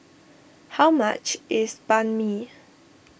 how much is Banh Mi